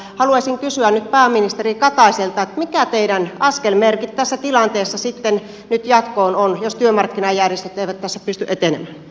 haluaisin kysyä nyt pääministeri kataiselta mitkä teidän askelmerkkinne tässä tilanteessa sitten nyt jatkoon ovat jos työmarkkinajärjestöt eivät tässä pysty etenemään